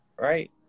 right